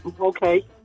Okay